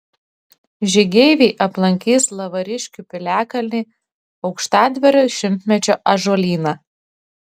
žygeiviai aplankys lavariškių piliakalnį aukštadvario šimtmečio ąžuolyną